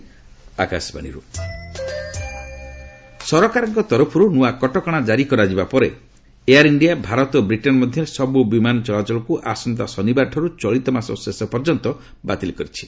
Air India UK ସରକାରଙ୍କ ତରଫରୁ ନୂଆ କଟକଣା ଜାରି କରାଯିବା ପରେ ଏୟାର ଇଣ୍ଡିଆ ଭାରତ ଓ ବ୍ରିଟେନ୍ ମଧ୍ୟରେ ସବୁ ବିମାନ ଚଳାଚଳକୁ ଆସନ୍ତା ଶନିବାରରୁ ଚଳିତମାସ ଶେଷ ପର୍ଯ୍ୟନ୍ତ ବାତିଲ କରିଛି